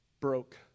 Broke